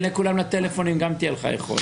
אם תענה לטלפונים של כולם, גם תהיה לך יכולת.